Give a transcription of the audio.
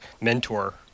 mentor